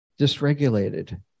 dysregulated